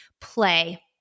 Play